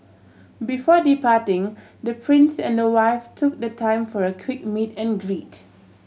before departing the Prince and her wife took the time for a quick meet and greet